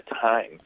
time